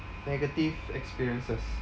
negative experiences